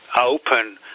open